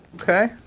Okay